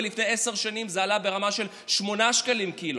ולפני עשר שנים זה עלה ברמה של 8 שקלים קילו,